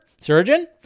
surgeon